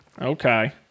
Okay